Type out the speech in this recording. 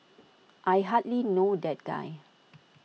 I hardly know that guy